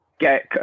get